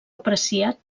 apreciat